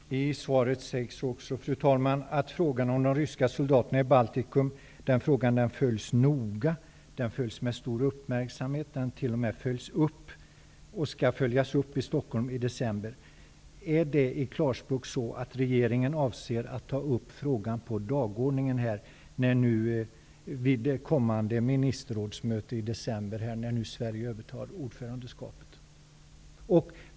Fru talman! I svaret sägs också att frågan om de ryska soldaterna i Baltikum följs noga, med stor uppmärksamhet och t.o.m. skall följas upp i Stockholm i december. Innebär det i klarspråk att regeringen avser att ta upp frågan på dagordningen vid kommande ministerrådsmöte i december, när Sverige övertar ordförandeskapet?